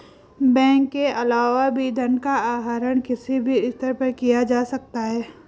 bank के अलावा भी धन का आहरण किसी भी स्तर पर किया जा सकता है